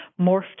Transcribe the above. morphed